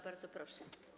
Bardzo proszę.